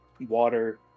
water